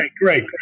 great